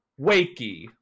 wakey